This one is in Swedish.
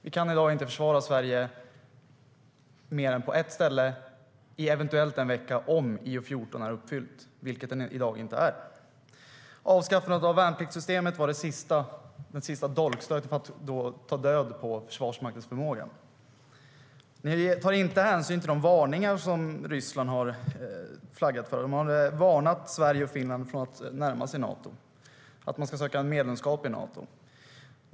Vi kan i dag inte försvara Sverige mer än på ett ställe i eventuellt en vecka, om IO 14 är uppfylld, vilket den inte är i dag. Avskaffandet av värnpliktssystemet var den sista dolkstöten för att ta död på Försvarsmaktens förmåga. Ni har inte tagit hänsyn till de varningar som Ryssland flaggat med. De har varnat Sverige och Finland för att närma sig Nato, att söka medlemskap i Nato.